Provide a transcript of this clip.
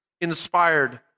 inspired